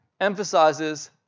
emphasizes